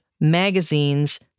magazines